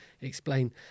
explain